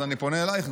אז אני פונה אלייך,